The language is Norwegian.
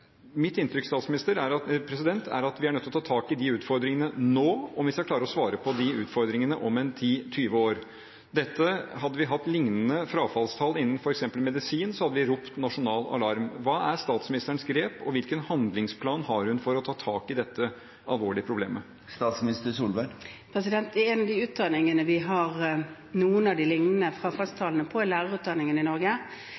Mitt inntrykk er at vi er nødt til å ta tak i de utfordringene nå om vi skal klare å svare på de utfordringene om en 10–20 år. Hadde vi hatt lignende frafallstall innen f.eks. medisin, så hadde vi ropt nasjonal alarm. Hva er statsministerens grep, og hvilken handlingsplan har hun for å ta tak i dette alvorlige problemet? En av de utdanningene vi har noen av de lignende